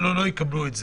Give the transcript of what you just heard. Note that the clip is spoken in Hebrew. לא יקבלו את זה.